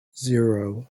zero